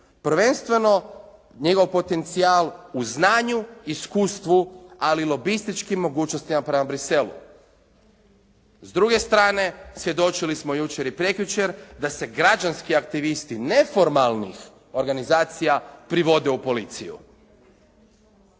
Prvenstveno njegov potencijal u znanju, iskustvu, ali i lobističkim mogućnostima prema Bruxelles-u. S druge strane svjedočili smo jučer i prekjučer da se građanski aktivisti neformalnih organizacija privode u policiju.